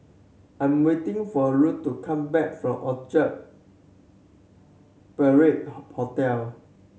I'm waiting for Ruth to come back from Orchard Parade Ho Hotel